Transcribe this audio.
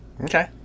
Okay